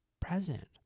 present